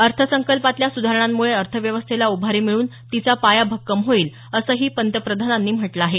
अर्थसंकल्पातल्या सुधारणांमुळे अर्थव्यवस्थेला उभारी मिळून तिचा पाया भक्कम होईल असंही पंतप्रधानांनी म्हटलं आहे